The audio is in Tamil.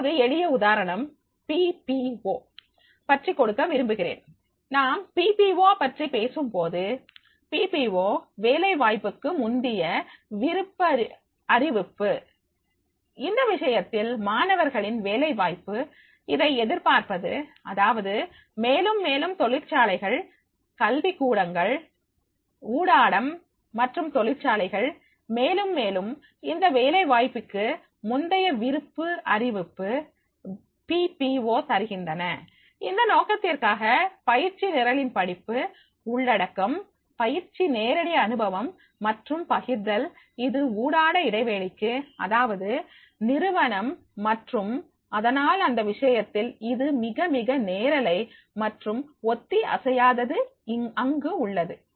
இப்போது எளிய உதாரணம் பிபிஓ பற்றி கொடுக்க விரும்புகிறேன் நாம் பிபிஓ பற்றி பேசும்போது பி பி ஓ வேலைவாய்ப்புக்கு முந்தைய விருப்பறிவிப்பு இந்த விஷயத்தில் மாணவர்களின் வேலைவாய்ப்பு இதை எதிர்பார்ப்பது அதாவது மேலும் மேலும் தொழிற்சாலைகள் கல்வி கூடங்கள் ஊடகம் மற்றும் தொழிற்சாலைகள் மேலும் மேலும் இந்த வேலைவாய்ப்புக்கு முந்தைய விருப்பு அறிவிப்பு பிபிஓ தருகின்றன இந்த நோக்கத்திற்காக பயிற்சி நிரலின் படிப்பு உள்ளடக்கம் பயிற்சி நேரடி அனுபவம் மற்றும் பகிர்தல் இது ஊடாட இடைவெளிக்கு அதாவது நிறுவனம் மற்றும் அதனால் இந்த விஷயத்தில் இது மிகமிக நேரலை மற்றும் ஒத்தி அசையாதது அங்கு உள்ளது